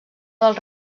del